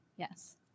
Yes